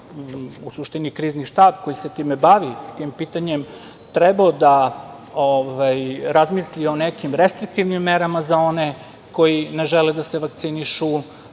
u suštini Krizni štab koji se time bavi, tim pitanjem, trebao da razmisli o nekim restriktivnim merama za one koji ne žele da vakcinišu,